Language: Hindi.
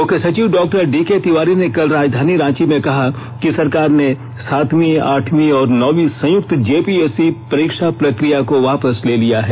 मुख्य सचिव डॉक्टर डीके तिवारी ने कल राजधानी रांची में कहा कि सरकार ने सातवी आठवीं और नौवीं संयुक्त जेपीएससी परीक्षा प्रक्रिया को वापस ले लिया है